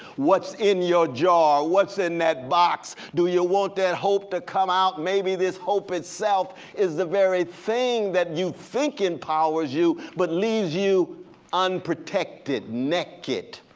what's in your jar, what's in that box? do you want that hope to come out? maybe this hope itself is the very thing that you think empowers you but leaves you unprotected, naked.